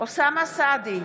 אוסאמה סעדי,